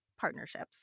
partnerships